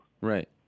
Right